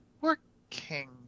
working